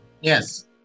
yes